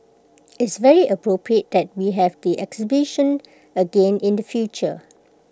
it's very appropriate that we have the exhibition again in the future